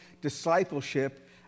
discipleship